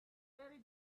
very